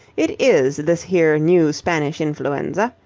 it is this here new spanish influenza.